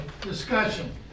Discussion